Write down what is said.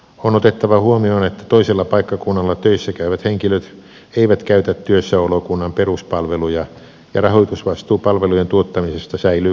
on otettava huomioon että toisella paikkakunnalla töissä käyvät henkilöt eivät käytä työssäolokunnan peruspalveluja ja rahoitusvastuu palvelujen tuottamisesta säilyy kotikunnalla